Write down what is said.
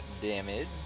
damage